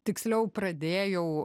tiksliau pradėjau